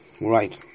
Right